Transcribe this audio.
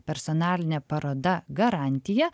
personalinė paroda garantija